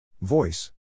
Voice